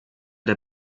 der